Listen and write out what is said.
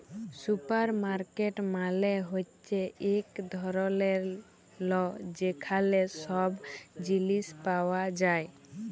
supermarket মালে হ্যচ্যে এক ধরলের ল যেখালে সব জিলিস পাওয়া যায়